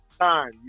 time